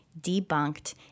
debunked